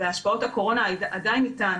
והשפעות הקורונה עדיין איתם,